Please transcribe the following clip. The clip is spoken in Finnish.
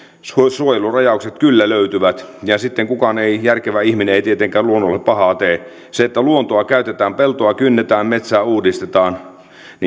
suojelurajaukset kyllä löytyvät kukaan järkevä ihminen ei tietenkään luonnolle pahaa tee se että luontoa käytetään peltoa kynnetään metsää uudistetaan